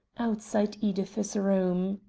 outside edith's room.